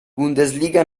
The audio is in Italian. bundesliga